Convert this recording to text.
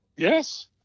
Yes